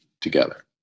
together